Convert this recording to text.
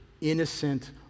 innocent